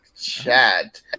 chad